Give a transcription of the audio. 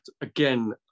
again